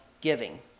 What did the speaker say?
giving